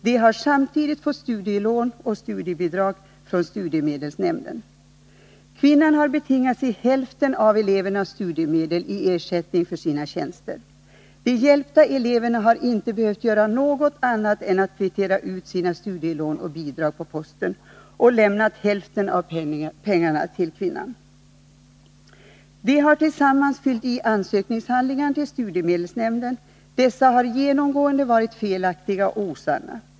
De har samtidigt fått studielån och studiebidrag från studiestödsnämnden. Kvinnan har betingat sig hälften av elevernas studiemedel i ersättning för sina tjänster. De hjälpta eleverna har inte behövt göra något annat än att kvittera ut sina studielån och studiebidrag på posten och lämna hälften av pengarna till kvinnan. Eleverna och kvinnan har tillsammans fyllt i ansökningshandlingar till studiestödsnämnden. Dessa har genomgående varit felaktiga och osanna.